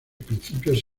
principios